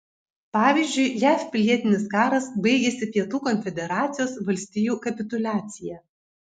pavyzdžiui jav pilietinis karas baigėsi pietų konfederacijos valstijų kapituliacija